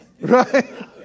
Right